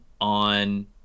on